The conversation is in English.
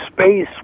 space